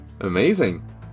Amazing